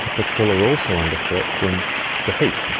but krill are also under threat from the heat.